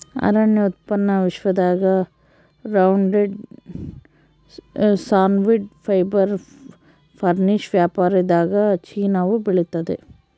ಅರಣ್ಯ ಉತ್ಪನ್ನ ವಿಶ್ವದಾಗ ರೌಂಡ್ವುಡ್ ಸಾನ್ವುಡ್ ಫೈಬರ್ ಫರ್ನಿಶ್ ವ್ಯಾಪಾರದಾಗಚೀನಾವು ಬೆಳಿತಾದ